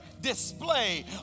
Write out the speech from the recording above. display